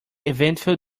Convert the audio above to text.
eventful